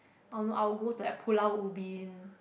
oh no I'll go to like Pulau-Ubin